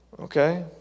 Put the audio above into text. Okay